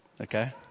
Okay